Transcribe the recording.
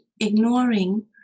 ignoring